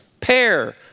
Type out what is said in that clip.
pair